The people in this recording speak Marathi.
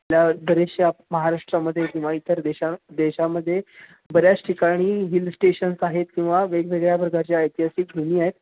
आपल्या बरेचशा महाराष्ट्रामध्ये किंवा इतर देशा देशामध्ये बऱ्याच ठिकाणी हिल स्टेशन्स आहेत किंवा वेगवेगळ्या प्रकारच्या ऐतिहासिक भूमी आहेत